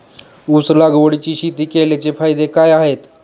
ऊस लागवडीची शेती केल्याचे फायदे काय आहेत?